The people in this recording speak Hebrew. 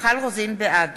בעד